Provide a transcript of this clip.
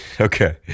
Okay